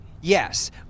yes